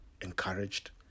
encouraged